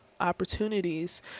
opportunities